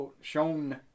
shown